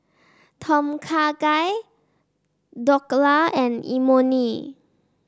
Tom Kha Gai Dhokla and Imoni